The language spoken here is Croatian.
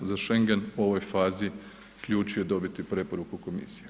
Za schengen u ovoj fazi ključ je dobiti preporuku komisije.